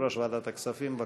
יושב-ראש ועדת הכספים, בבקשה.